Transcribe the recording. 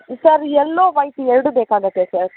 sir yellow white ಎರಡೂ ಬೇಕಾಗುತ್ತೆ sir